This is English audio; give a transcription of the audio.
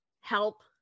help